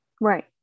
right